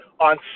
on